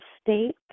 state